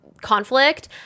conflict